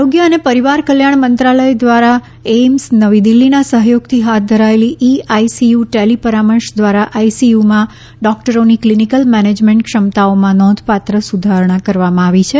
આરીગ્ય અને પરિવાર કલ્યાણ મંત્રાલય દ્વારા એઇમ્સ નવી દિલ્હીના સહયોગથી હાથ ધરાયેલી ઇ આઇસીયુ ટેલિ પરામર્શ દ્વારા આઇસીયુમાં ડોકટરોની ક્લિનિકલ મેનેજમેન્ટ ક્ષમતાઓમાં નોંધપાત્ર સુધારણા કરવામાં આવી છે